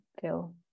feel